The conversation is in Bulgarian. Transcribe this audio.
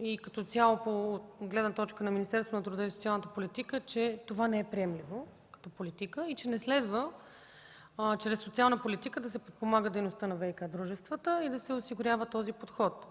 и като цяло от гледна точка на Министерството на труда и социалната политика, че това не е приемливо като политика и че не следва чрез социална политика да се подпомага дейността на ВиК дружествата и да се осигурява този подход.